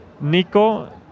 Nico